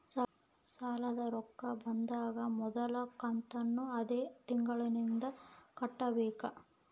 ಸಾಲದ ರೊಕ್ಕ ಬಂದಾಗ ಮೊದಲ ಕಂತನ್ನು ಅದೇ ತಿಂಗಳಿಂದ ಕಟ್ಟಬೇಕಾ?